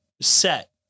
set